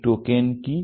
এই টোকেন কি